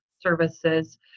services